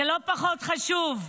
זה לא פחות חשוב,